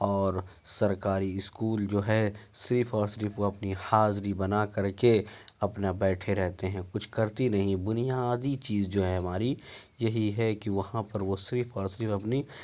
اور سرکاری اسکول جو ہے صرف اور صرف وہ اپنی حاضری بنا کر کے اپنا بیٹھے رہتے ہیں کچھ کرتی نہیں بنیادی چیز جو ہے ہماری یہی ہے کہ وہاں پر وہ صرف اور صرف اپنی